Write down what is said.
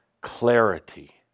clarity